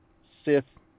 Sith